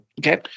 Okay